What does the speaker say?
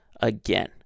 again